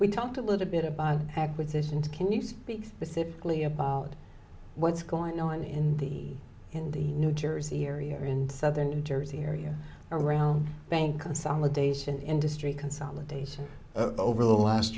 we talked a little bit about acquisitions can you speak specifically about what's going on in the in the new jersey area or in southern new jersey area around bank consolidation industry consolidation over the last